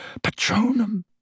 Patronum